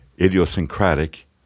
idiosyncratic